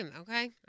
okay